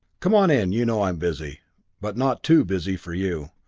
come on in you know i'm busy but not too busy for you.